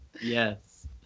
Yes